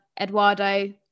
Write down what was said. eduardo